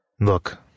Look